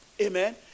Amen